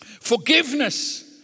Forgiveness